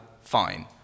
fine